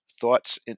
Thoughts